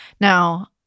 Now